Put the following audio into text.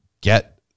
get